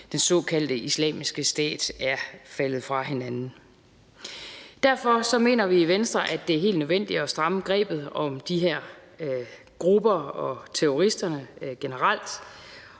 den såkaldte islamiske stat er faldet fra hinanden. Derfor mener vi i Venstre, at det er helt nødvendigt at stramme grebet om de her grupper og terroristerne generelt